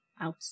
out